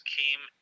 came